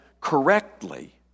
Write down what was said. correctly